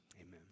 Amen